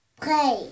Play